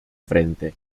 frente